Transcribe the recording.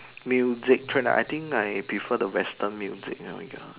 music trend ah I think I prefer the Western music oh ya